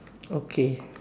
okay